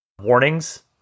warnings